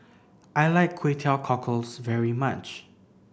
I like Kway Teow Cockles very much